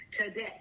today